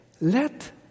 let